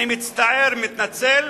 אני מצטער, מתנצל.